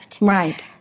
Right